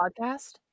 podcast